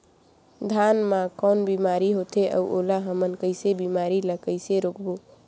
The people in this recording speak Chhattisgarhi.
धान मा कौन बीमारी होथे अउ ओला हमन कइसे बीमारी ला कइसे रोकबो?